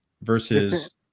versus